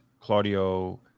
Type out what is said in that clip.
Claudio